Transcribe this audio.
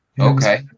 Okay